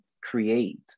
create